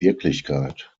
wirklichkeit